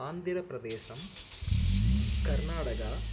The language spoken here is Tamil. ஆந்திரப்பிரதேசம் கர்நாடகா